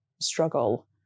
struggle